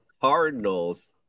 Cardinals